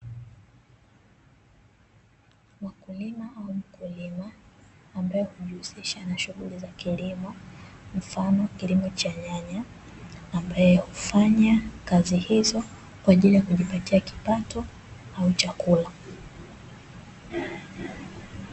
Wakulima au mkulima, ambae hujihusisha na shughuli za kilimo, mfano kilimo cha nyanya, ambae hufanya kazi hizo kwajili ya kujipatia kipato au chakula.